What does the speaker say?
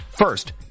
First